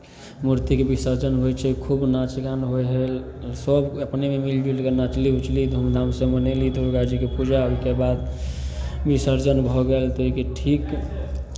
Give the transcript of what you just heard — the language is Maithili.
मूर्तिके विसर्जन होइ छै खूब नाच गाना होइ है सब अपनेमे मिल जुलि कऽ नाचली ऊचली धूमधामसँ मनयली दुर्गा जीके पूजा ओहिके बाद विसर्जन भऽ गेल तऽ ओहिके ठीक